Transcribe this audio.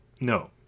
no